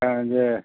ஆ இது